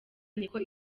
niko